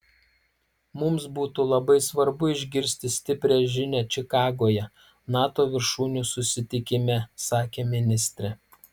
mums būtų labai svarbu išgirsti stiprią žinią čikagoje nato viršūnių susitikime sakė ministrė